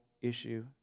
issue